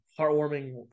heartwarming